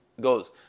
goes